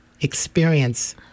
experience